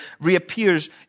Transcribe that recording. reappears